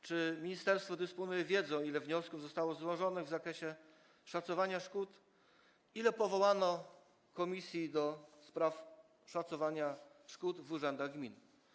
Czy ministerstwo dysponuje wiedzą, ile wniosków zostało złożonych w zakresie szacowania szkód, ile powołano komisji do spraw szacowania szkód w urzędach gmin?